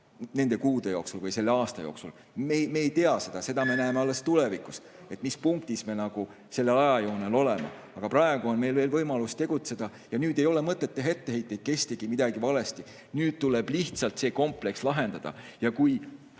kuude jooksul või selle aasta jooksul. Me ei tea seda, seda me näeme alles tulevikus, mis punktis me sellel ajajoonel oleme. Aga praegu on meil veel võimalus tegutseda ja nüüd ei ole mõtet teha etteheiteid, kes tegi midagi valesti. Nüüd tuleb lihtsalt see kompleks lahendada. Ja kui